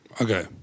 Okay